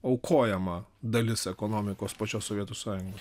aukojama dalis ekonomikos pačios sovietų sąjungos